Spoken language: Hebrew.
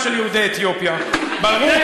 ביום רביעי.